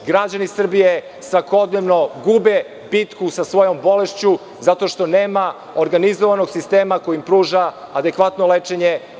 Građani Srbije svakodnevno gube bitku sa svojom bolešću zato što nema organizovanog sistema koji im pruža adekvatno lečenje.